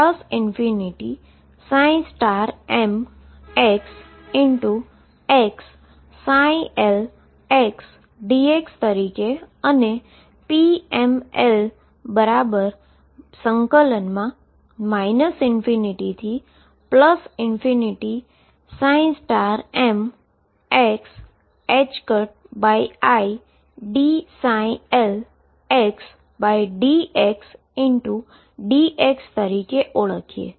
હવેઆપણે xmlને ∞mxx lxdx તરીકે અને pml ∞mxidldxdx તરીકે ઓળખીએ